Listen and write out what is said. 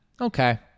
Okay